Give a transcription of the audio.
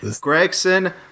Gregson